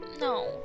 No